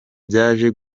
byaje